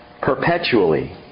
perpetually